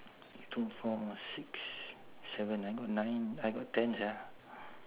two four six seven nine nine I got ten sia